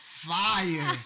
fire